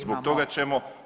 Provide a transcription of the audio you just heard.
Zbog toga ćemo